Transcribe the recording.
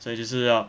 所以就是要